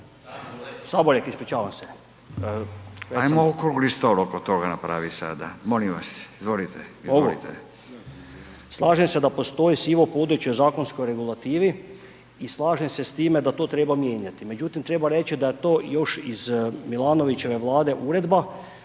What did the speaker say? Furio (Nezavisni)** Ajmo okrugli stol oko toga napravit sada. Molim vas, izvolite, izvolite. **Križanić, Josip (HDZ)** Slažem se da postoji sivo područje u zakonskoj regulativi i slažem se s time da to treba mijenjati. Međutim, treba reći da je to još iz Milanovićeve Vlade uredba